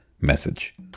message